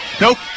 Nope